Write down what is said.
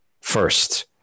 first